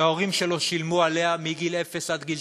שההורים שלו שילמו עליה מגיל אפס עד גיל